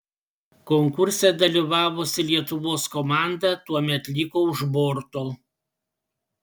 konkurse dalyvavusi lietuvos komanda tuomet liko už borto